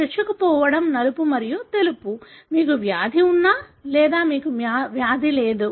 చొచ్చుకుపోవడం నలుపు మరియు తెలుపు మీకు వ్యాధి ఉన్నా లేదా మాకు వ్యాధి లేదు